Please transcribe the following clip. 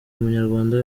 munyarwanda